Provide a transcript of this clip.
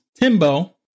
Timbo